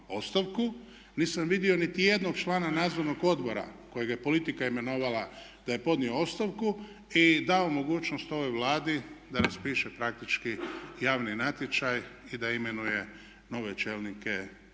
sam vidio niti jednog člana nadzornog odbora kojega je politika imenovala da je podnio ostavku i dao mogućnost ovoj Vladi da raspiše praktički javni natječaj i da imenuje nove čelnike